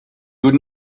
would